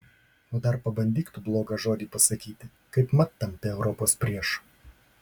o dar pabandyk tu blogą žodį pasakyti kaipmat tampi europos priešu